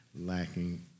lacking